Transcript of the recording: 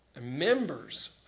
members